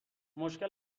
مشکل